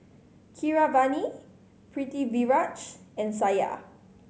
Keeravani Pritiviraj and Satya